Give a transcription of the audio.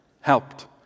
Helped